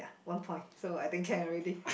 one point so I think can already